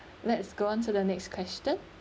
let's go on to the next question